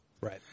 Right